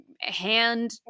hand